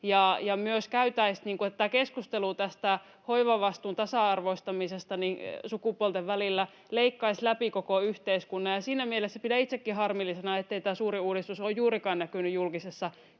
ja myös keskustelu tästä hoivavastuun tasa-arvoistamisesta sukupuolten välillä leikkaisi läpi koko yhteiskunnan. Siinä mielessä pidän itsekin harmillisena, ettei tämä suuri uudistus ole juurikaan näkynyt julkisessa